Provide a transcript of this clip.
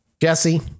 jesse